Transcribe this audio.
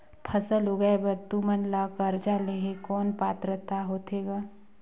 फसल उगाय बर तू मन ला कर्जा लेहे कौन पात्रता होथे ग?